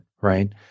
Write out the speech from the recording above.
right